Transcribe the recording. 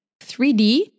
3D